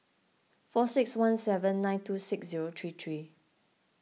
four six one seven nine two six zero three three